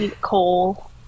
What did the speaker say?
Coal